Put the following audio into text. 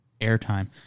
airtime